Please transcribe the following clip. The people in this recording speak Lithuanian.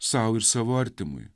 sau ir savo artimui